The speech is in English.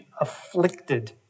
afflicted